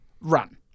run